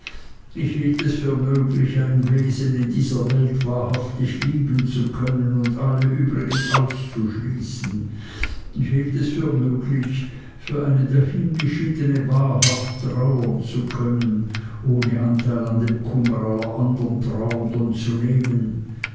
ich hielt es für möglich ein wesen in dieser welt wahrhaftig lieben zu können und alle übrigen auszuschließen ich hielt es für möglich für eine dahingeschiedne wahrhaft trauern zu können ohne anteil an dem kummer aller andern trauernden zu nehmen